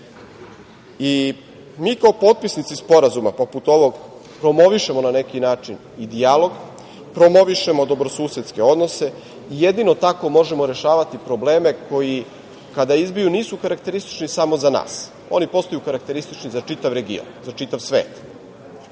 kao potpisnici sporazuma poput ovog promovišemo na neki način i dijalog, promovišemo dobrosusedske odnose i jedino tako možemo rešavati probleme koji kada izbiju nisu karakteristični samo za nas, oni postaju karakteristični za čitav region, za čitav svet.